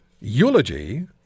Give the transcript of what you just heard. eulogy